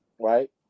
right